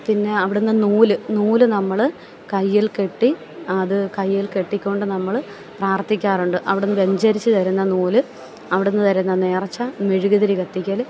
പിന്നെ അവിടുന്ന് നൂല് നൂല് നമ്മൾ കയ്യിൽ കെട്ടി അത് കയ്യിൽ കെട്ടിക്കോണ്ട് നമ്മൾ പ്രാർത്ഥിക്കാറുണ്ട് അവിടെന്ന് വ്യഞ്ചരിച്ച് തരുന്ന നൂല് അവിടെന്ന് തരുന്ന നേർച്ച മെഴുകുതിരി കത്തിക്കൽ